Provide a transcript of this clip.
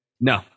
No